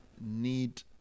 need